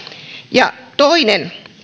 toinen